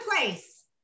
place